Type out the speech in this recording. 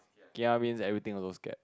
kia means everything also scared